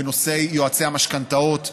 בנושא יועצי המשכנתאות,